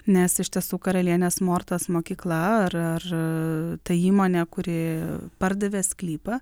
nes iš tiesų karalienės mortos mokykla ar ta įmonė kuri pardavė sklypą